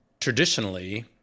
traditionally